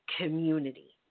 community